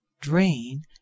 drain